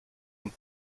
and